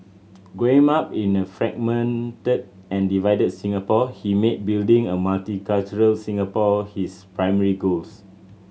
growing up in a fragmented and divided Singapore he made building a multicultural Singapore his primary goals